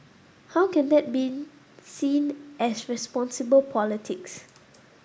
how can that be seen as responsible politics